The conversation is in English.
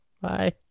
Bye